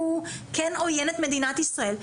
והוא כן עויין את מדינת ישראל.